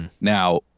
Now